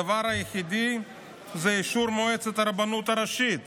הדבר היחיד זה אישור מועצת הרבנות הראשית,